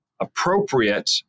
appropriate